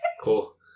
Cool